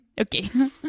okay